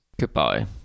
goodbye